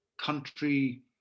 country